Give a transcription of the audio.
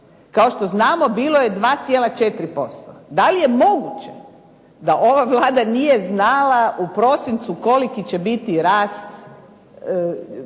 Kao što znamo bilo je 2,4% Da li je moguće da ova Vlada nije znala u prosincu koliki će biti rast bruto